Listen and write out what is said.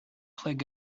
played